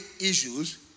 issues